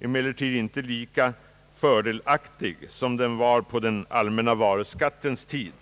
emellertid inte lika fördelaktig som den var på den allmänna varuskattens tid.